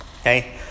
okay